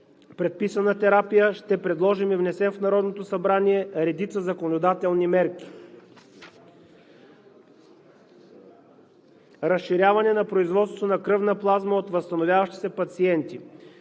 предписана терапия ще предложим и внесем в Народното събрание редица законодателни мерки. Разширяване на производството на кръвна плазма от възстановяващи се пациенти.